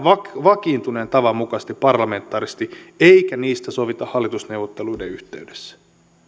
vakiintuneen tavan mukaisesti parlamentaarisesti eikä niistä sovita hallitusneuvotteluiden yhteydessä